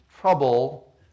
trouble